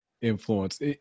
influence